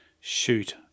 shoot